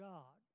God